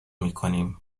میکنیم